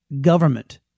government